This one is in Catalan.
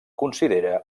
considera